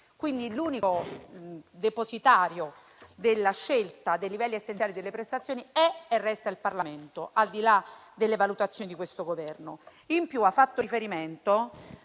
L'unico depositario, quindi, della scelta dei livelli essenziali delle prestazioni è e resta il Parlamento, al di là delle valutazioni di questo Governo.